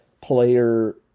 player